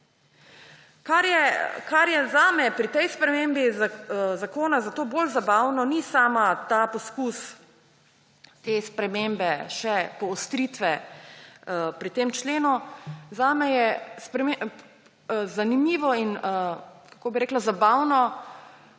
Kar je zame pri tej spremembi zakona zato bolj zabavno, ni sam poskus spremembe, še poostritve pri tem členu. Zame je zanimivo in – kako bi rekla? – zabavno